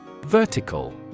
Vertical